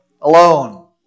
alone